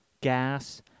gas